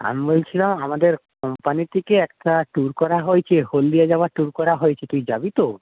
আমি বলছিলাম আমাদের কোম্পানি থেকে একটা ট্যুর করা হয়েছে হলদিয়া যাওয়ার ট্যুর করা হয়েছে তুই যাবি তো